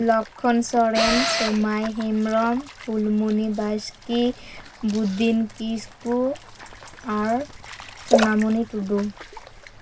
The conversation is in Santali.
ᱞᱚᱠᱠᱷᱚᱱ ᱥᱚᱨᱮᱱ ᱥᱚᱢᱟᱭ ᱦᱮᱢᱨᱚᱢ ᱯᱷᱩᱞᱢᱚᱱᱤ ᱵᱟᱥᱠᱤ ᱵᱩᱫᱤᱱ ᱠᱤᱥᱠᱩ ᱟᱨ ᱥᱚᱱᱟᱢᱚᱱᱤ ᱴᱩᱰᱩ